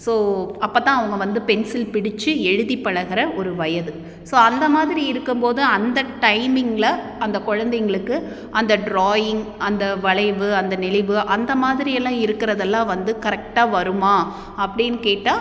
so அப்போத்தான் அவங்க வந்து பென்சில் பிடித்து எழுதி பழகிற ஒரு வயது ஸோ அந்த மாதிரி இருக்கும் போது அந்த டைமிங்கில்அந்த குழந்தைகளுக்கு அந்த ட்ராயிங் அந்த வளைவு அந்த நெளிவு அந்த மாதிரி எல்லாம் இருக்கிறதெல்லாம் வந்து கரெக்டாக வருமா அப்படின்னு கேட்டால்